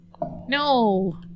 No